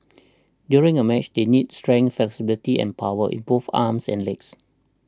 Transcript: during a match they need strength flexibility and power in both arms and legs